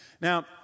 Now